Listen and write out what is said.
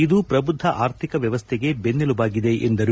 ಇದು ಪ್ರಬುದ್ಧ ಆರ್ಥಿಕ ವ್ಯವಸ್ಥೆಗೆ ಬೆನ್ನೆಲುಬಾಗಿದೆ ಎಂದರು